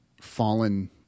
fallen